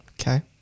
okay